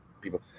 people